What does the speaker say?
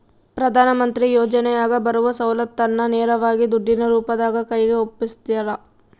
ಪ್ರಧಾನ ಮಂತ್ರಿ ಯೋಜನೆಯಾಗ ಬರುವ ಸೌಲತ್ತನ್ನ ನೇರವಾಗಿ ದುಡ್ಡಿನ ರೂಪದಾಗ ಕೈಗೆ ಒಪ್ಪಿಸ್ತಾರ?